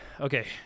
Okay